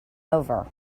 over